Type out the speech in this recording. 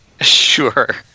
Sure